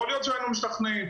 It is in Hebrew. יכול להיות שהיינו משכנעים.